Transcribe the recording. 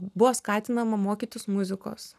buvo skatinama mokytis muzikos